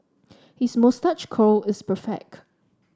his moustache curl is perfect